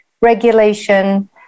regulation